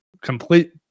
complete